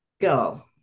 go